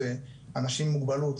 זה אנשים עם מוגבלות,